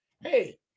Hey